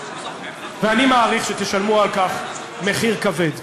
ואני מעריך שתשלמו על כך מחיר כבד.